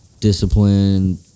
discipline